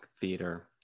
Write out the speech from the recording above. theater